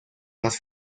más